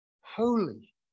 Holy